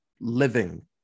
living